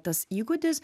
tas įgūdis